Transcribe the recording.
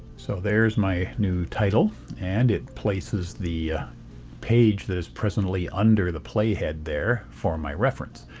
so there is my new title and it places the page that is presently under the playhead there for my reference.